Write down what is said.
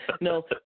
No